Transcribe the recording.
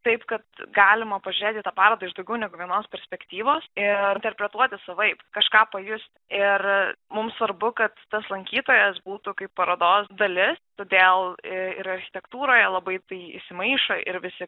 taip kad galima pažiūrėt į tą parodą iš daugiau negu vienos perspektyvos ir interpretuoti savaip kažką pajus ir mums svarbu kad tas lankytojas būtų kaip parodos dalis todėl ir architektūroje labai tai įsimaišo ir visi